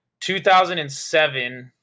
2007